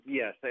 yes